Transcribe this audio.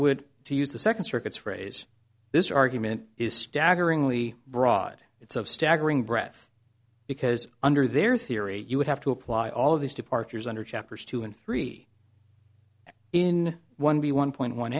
would to use the second circuit's raise this argument is staggeringly broad it's of staggering breath because under their theory you would have to apply all of these departures under chapters two and three in one b one point one